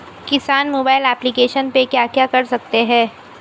किसान mobile application पे क्या क्या कर सकते हैं?